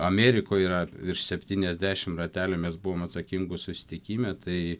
amerikoj yra virš septyniasdešim ratelių mes buvom atsakingų susitikime tai